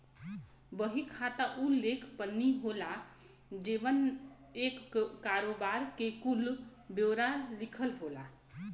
बही खाता उ लेख पत्री होला जेमन एक करोबार के कुल ब्योरा लिखल होला